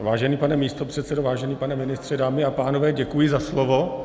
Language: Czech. Vážený pane místopředsedo, vážený pane ministře, dámy a pánové, děkuji za slovo.